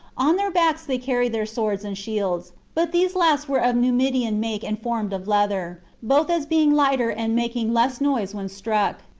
on their backs they carried their swords and shields, but these last were of numidian make and formed of leather, both as being lighter and making less noise when struck.